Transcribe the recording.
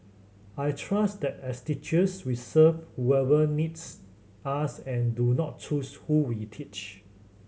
I trust that as teachers we serve whoever needs us and do not choose who we teach